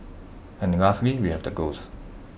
and lastly we have the ghosts